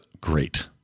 great